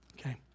Okay